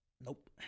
Nope